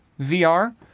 VR